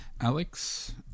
Alex